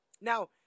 Now